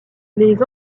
les